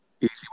Easy